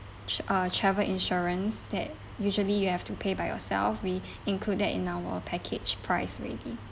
a travel insurance that usually you have to pay by yourself we included in our package price already